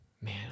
man